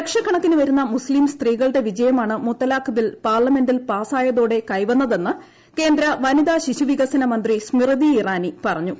ലക്ഷക്കണക്കിന് വരുന്ന മുസ്തീം സ്ത്രീകളുടെ വിജയമാണ് മുത്തലാഖ് ബിൽ പാർലമെന്റിൽ പാസായതോടെ കൈവന്നതെന്ന് കേന്ദ്ര വനിതാ ശിശുവികസന മന്ത്രി സ്മൃതി ഇറാനി പറഞ്ഞു